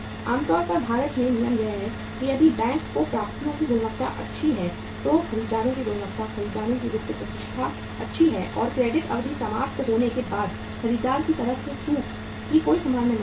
आम तौर पर भारत में नियम यह है कि यदि बैंक को प्राप्तियों की गुणवत्ता अच्छी है तो खरीदारों की गुणवत्ता खरीदारों की वित्तीय प्रतिष्ठा अच्छी है और क्रेडिट अवधि समाप्त होने के बाद खरीदार की तरफ से चूक की कोई संभावना नहीं है